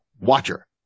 Watcher